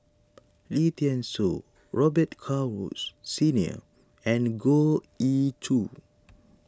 Lim thean Soo Robet Carr Woods Senior and Goh Ee Choo